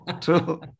True